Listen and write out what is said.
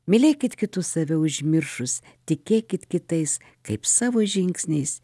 mylėkit kitus save užmiršus tikėkit kitais kaip savo žingsniais